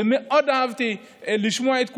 ומאוד אהבתי לשמוע את כולכם.